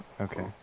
Okay